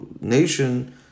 nation